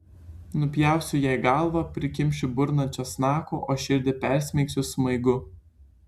nupjausiu jai galvą prikimšiu burną česnakų o širdį persmeigsiu smaigu